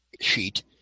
sheet